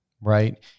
right